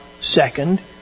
second